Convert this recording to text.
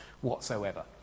whatsoever